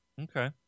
Okay